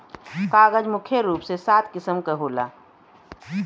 कागज मुख्य रूप से सात किसिम क होला